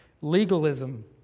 legalism